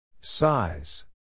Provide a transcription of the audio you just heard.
Size